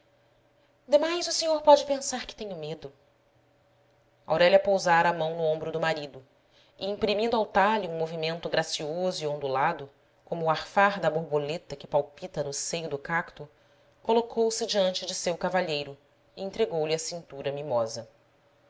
demais o senhor pode pensar que tenho medo aurélia pousara a mão no ombro do marido e imprimindo ao talhe um movimento gracioso e ondulado como o arfar da borboleta que palpita no seio do cacto colocou se diante de seu cavalheiro e entregou-lhe a cintura mimosa